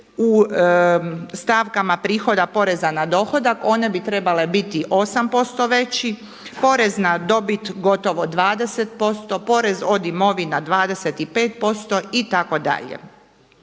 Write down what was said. u stavkama prihoda poreza na dohodak. One bi trebale biti 8% veći. Porez na dobit gotovo 20%, porez od imovina 25% itd.